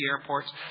airports